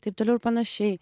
taip toliau ir panašiai